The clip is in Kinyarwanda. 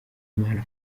imana